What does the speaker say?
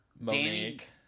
Monique